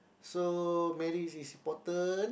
so marriage is important